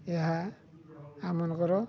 ଏହା ଆମମାନଙ୍କର